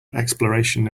exploration